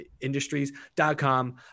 industries.com